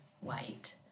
white